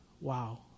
Wow